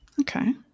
Okay